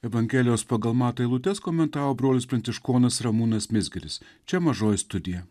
evangelijos pagal matą eilutes komentavo brolis pranciškonas ramūnas mizgiris čia mažoji studija